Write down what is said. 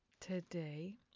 today